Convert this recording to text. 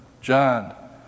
John